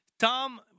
Tom